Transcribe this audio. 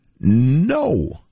No